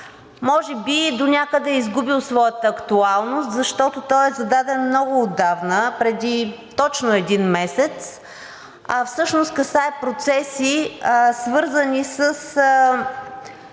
може би донякъде е изгубил своята актуалност, защото той е зададен много отдавна, преди точно един месец, а всъщност касае процеси, свързани с